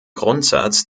grundsatz